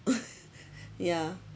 yeah